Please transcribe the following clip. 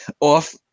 Off